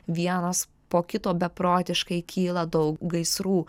vienas po kito beprotiškai kyla daug gaisrų